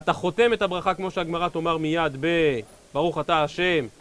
אתה חותם את הברכה כמו שהגמרת אומר מיד בברוך אתה השם